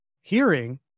hearing